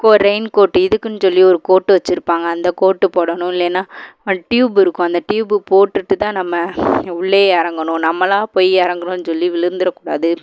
கோ raincoat இதுக்குன்னு சொல்லி ஒரு கோட்டு வச்சுருப்பாங்க அந்த கோட்டு போடணும் இல்லைன்னால் ட்யூப்பு இருக்கும் அந்த ட்யூப்பு போட்டுவிட்டு தான் நம்ம உள்ளேயே இறங்கணும் நம்மளாக போய் இறங்குறோன்னு சொல்லி விழுந்துடக்கூடாது